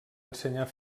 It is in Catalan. ensenyar